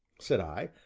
said i,